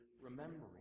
remembering